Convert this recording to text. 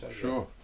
Sure